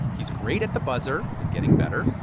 he's great at the buzzer and getting better.